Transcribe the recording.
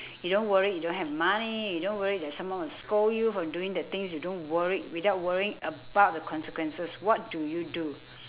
you don't worry you don't have money you don't worry that someone will scold you for doing the things you don't worry without worrying about the consequences what do you do